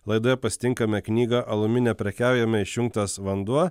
laidoje pasitinkame knygą alumi neprekiaujame išjungtas vanduo